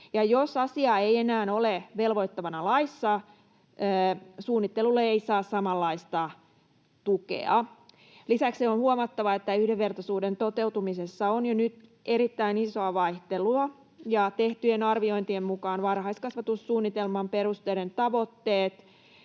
Jos asia ei enää ole velvoittavana laissa, suunnittelulle ei saa samanlaista tukea. Lisäksi on huomattava, että yhdenvertaisuuden toteutumisessa on jo nyt erittäin isoa vaihtelua. Tehtyjen arviointien mukaan varhaiskasvatussuunnitelman perusteiden tavoitteet